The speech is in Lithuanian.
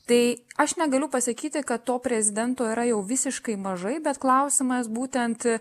tai aš negaliu pasakyti kad to prezidento yra jau visiškai mažai bet klausimas būtent